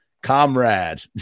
comrade